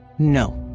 no!